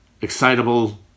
excitable